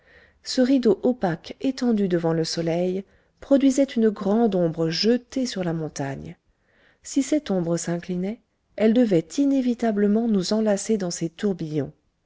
ce rideau opaque étendu devant le soleil produisait une grande ombre jetée sur la montagne si cette trombe s'inclinait elle devait inévitablement nous enlacer dans ses tourbillons